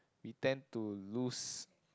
we tend to lose